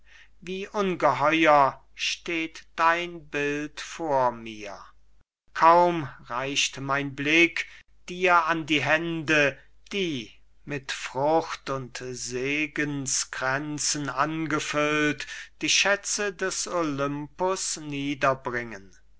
wie ungeheuer steht dein bild vor mir kaum reicht mein blick dir an die hände die mit furcht und segenskränzen angefüllt die schätze des olympus